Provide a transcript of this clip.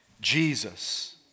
Jesus